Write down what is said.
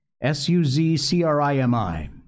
S-U-Z-C-R-I-M-I